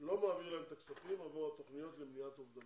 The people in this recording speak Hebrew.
לא מעביר להם את הכספים עבור התוכניות למניעת אובדנות.